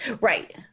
Right